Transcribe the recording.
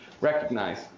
recognize